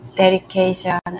dedication